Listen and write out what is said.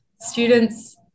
students